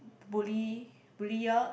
bully bullier